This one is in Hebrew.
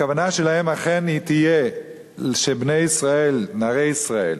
הכוונה שלהם אכן היא תהיה שבני ישראל, נערי ישראל,